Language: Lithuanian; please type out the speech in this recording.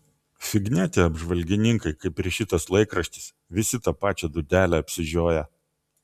fignia tie apžvalgininkai kaip ir šitas laikraštis visi tą pačią dūdelę apsižioję